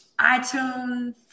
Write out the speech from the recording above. iTunes